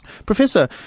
Professor